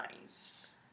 nice